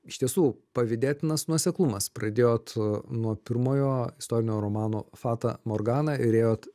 iš tiesų pavydėtinas nuoseklumas pradėjot nuo pirmojo istorinio romano fata morgana ir ėjot